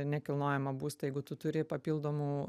nekilnojamą būstą jeigu tu turi papildomų